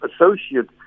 associate